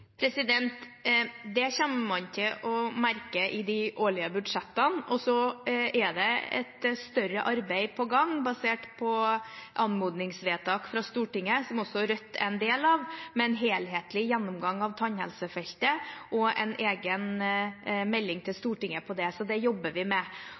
Det kommer man til å merke i de årlige budsjettene. Så er det et større arbeid på gang basert på anmodningsvedtak fra Stortinget, som også Rødt er en del av, med en helhetlig gjennomgang av tannhelsefeltet og en egen melding til Stortinget på det. Så det jobber vi med.